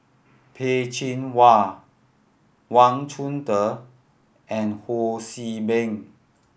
Peh Chin Hua Wang Chunde and Ho See Beng